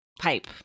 pipe